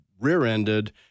rear-ended